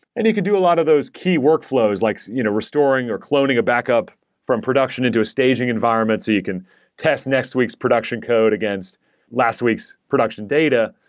and you could do a lot of those key workflows, likes you know restoring or cloning a backup from production into a staging environment so you can test next week's production code against last week's production data.